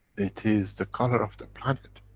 it is the color of the planet.